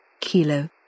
Kilo